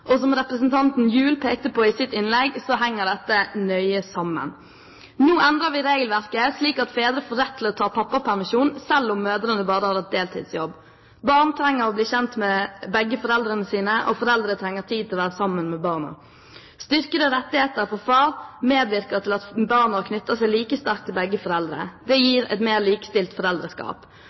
og som representanten Gjul pekte på i sitt innlegg, henger dette nøye sammen. Nå endrer vi regelverket slik at fedre får rett til å ta pappapermisjon selv om mødrene bare har hatt deltidsjobb. Barn trenger å bli kjent med begge foreldrene sine, og foreldre trenger tid til å være sammen med barna. Styrkede rettigheter for far medvirker til at barna knytter seg like sterkt til begge foreldre. Det gir et mer likestilt foreldreskap.